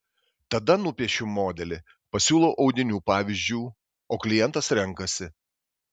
tada nupiešiu modelį pasiūlau audinių pavyzdžių o klientas renkasi